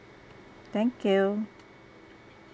thank you